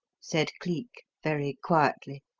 said cleek very quietly,